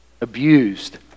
abused